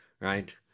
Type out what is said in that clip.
Right